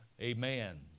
Amen